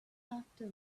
after